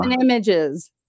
images